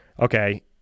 okay